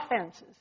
offenses